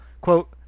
quote